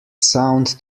sound